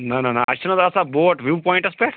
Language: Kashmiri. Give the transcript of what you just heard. نہَ نہَ نہَ اَسہِ چھِنہٕ حظ آسان بوٹ ویو پواینٛٹَس پٮ۪ٹھ